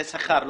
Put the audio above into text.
זה שכר,